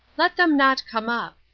let them not come up.